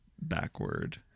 backward